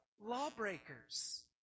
lawbreakers